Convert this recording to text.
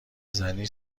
زنی